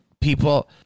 people